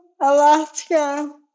Alaska